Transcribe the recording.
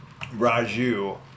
Raju